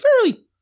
fairly